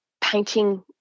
painting